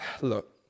look